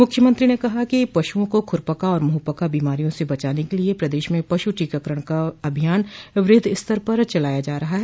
मुख्यमंत्री ने कहा कि पशुओं को खुरपका और मुंहपका बीमारियों से बचाने के लिए प्रदेश में पश् टीकाकरण का अभियान वृह्द स्तर पर चलाया जा रहा है